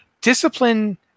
discipline